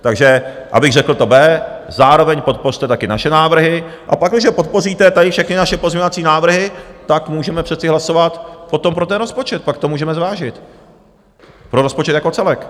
Takže abych řekl to B, zároveň podpořte také naše návrhy, a pakliže podpoříte tady všechny naše pozměňovací návrhy, tak můžeme přece hlasovat potom pro ten rozpočet, pak to můžeme zvážit, pro rozpočet jako celek.